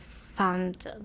found